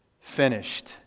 finished